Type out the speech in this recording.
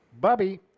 Bubby